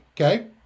okay